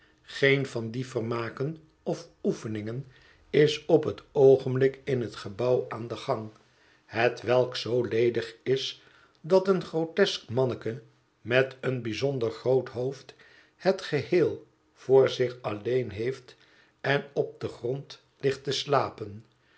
geen van die vermaken of oefeningen is op het oogenblik in het gebouw aan den gang hetwelk zoo ledig is dat een grotesk manneke met een bijzonder groot hoofd het geheel voor zich alleen heeft en op den grond ligt te slapen